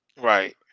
right